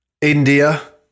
India